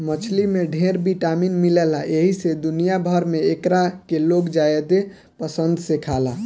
मछली में ढेर विटामिन मिलेला एही से दुनिया भर में एकरा के लोग ज्यादे पसंद से खाला